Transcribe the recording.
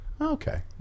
Okay